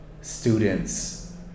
students